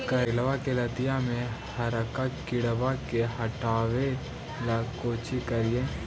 करेलबा के लतिया में हरका किड़बा के हटाबेला कोची करिए?